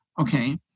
okay